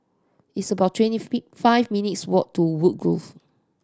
it's about twenty fifth five minutes' walk to Woodgrove